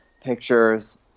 pictures